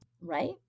right